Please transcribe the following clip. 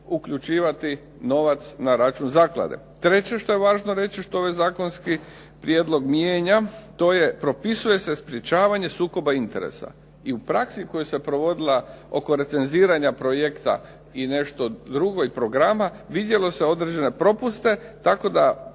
uključivati novac na račun zaklade. Treće što je važno reći što ovaj zakonski prijedlog mijenja. To je propisuje se sprečavanje sukoba interesa. I u praksi koja se provodila oko recenziranja projekta i nešto drugo programa, vidjelo se određene propuste, tako da